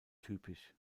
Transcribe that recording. typisch